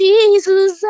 Jesus